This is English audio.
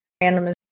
random